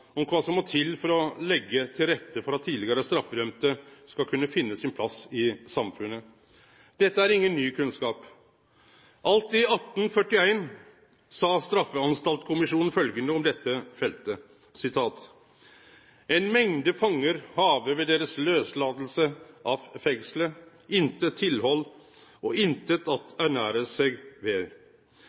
om kva som må til for å leggje til rette for at tidlegare straffedømde skal kunne finne sin plass i samfunnet. Dette er ingen ny kunnskap. Alt i 1841 sa ein kommisjon følgjande om «Strafanstalter» mv. «En Mængde Fanger have ved deres Løsladelse af Fængslet intet Tilhold og Intet at ernære sig ved.